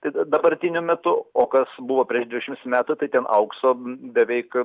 tai dabartiniu metu o kas buvo prieš dvidešimts metų tai ten aukso beveik